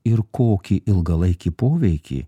ir kokį ilgalaikį poveikį